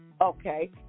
Okay